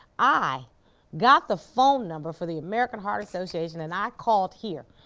i got the phone number for the american heart association and i called here.